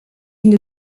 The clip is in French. une